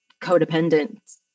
codependent